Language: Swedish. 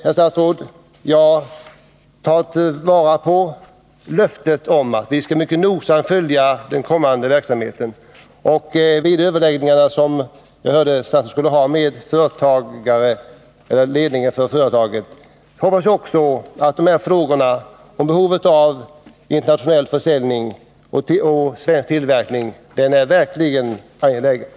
Jag tar vara på statsrådets löfte om att han mycket nogsamt skall följa den kommande verksamheten. Vid de överläggningar som jag har hört att statsrådet skall ha med ledningen för företaget hoppas jag också att de här frågorna om behovet av internationell försäljning och svensk tillverkning verkligen uppmärksammas.